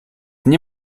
nie